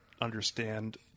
understand